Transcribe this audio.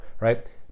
right